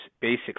basic